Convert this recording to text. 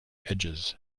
edges